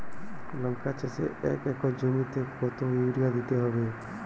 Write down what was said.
লংকা চাষে এক একর জমিতে কতো ইউরিয়া দিতে হবে?